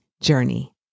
journey